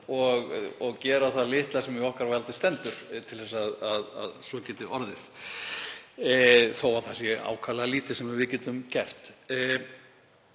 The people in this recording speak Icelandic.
og gera það litla sem í okkar valdi stendur til að svo geti orðið, þó að það sé ákaflega lítið sem við getum gert.